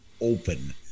open